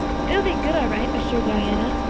it'll be good, all right, assured diana,